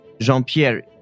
Jean-Pierre